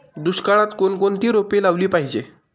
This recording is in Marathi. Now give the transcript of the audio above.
दुष्काळात कोणकोणती रोपे लावली पाहिजे?